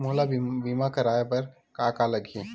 मोला बीमा कराये बर का का लगही?